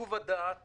ליישוב הדעת